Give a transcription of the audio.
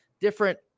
different